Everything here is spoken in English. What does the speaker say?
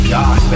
God